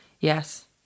Yes